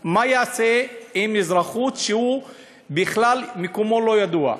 מה הוא יעשה עם אזרחות כשמקומו בכלל לא ידוע?